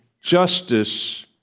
justice